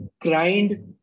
grind